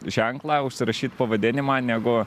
ženklą užsirašyt pavadinimą negu